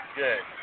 good